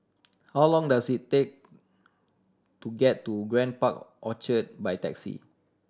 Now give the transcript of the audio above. how long does it take to get to Grand Park Orchard by taxi